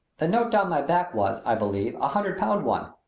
the note down my back was, i believe, a hundred-pound one.